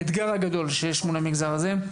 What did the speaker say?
בגלל העומס ובגלל האתגר הגדול שיש מול המגזר הזה,